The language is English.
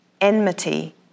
enmity